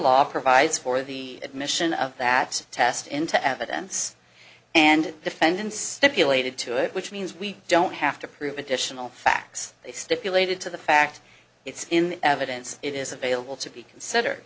law provides for the admission of that test into evidence and defendants stipulated to it which means we don't have to prove additional facts they stipulated to the fact it's in evidence it is available to be considered